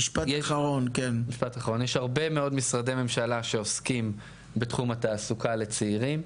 יש הרבה מאוד משרדי ממשלה שעוסקים בתחום התעסוקה לצעירים,